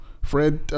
Fred